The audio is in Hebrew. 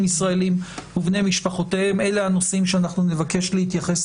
ישראלים ובני משפחותיהם אלה הנושאים שנבקש להתייחס